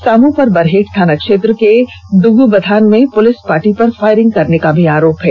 सामू पर बरहेट थाना क्षेत्र के ड्रगुबथान में पुलिस पार्टी पर फायरिंग करने का भी आरोप है